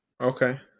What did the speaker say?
Okay